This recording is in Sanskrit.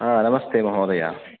हा नमस्ते महोदयः